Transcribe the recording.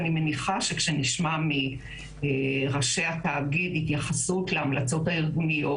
אני מניחה שכשנשמע מראשי התאגיד התייחסות להמלצות הארגוניות,